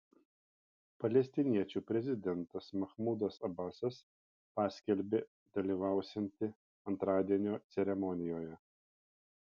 palestiniečių prezidentas mahmudas abasas paskelbė dalyvausianti antradienio ceremonijoje